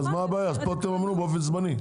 פה באופן זמני.